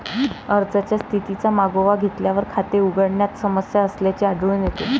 अर्जाच्या स्थितीचा मागोवा घेतल्यावर, खाते उघडण्यात समस्या असल्याचे आढळून येते